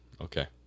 okay